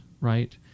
right